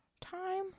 time